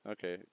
Okay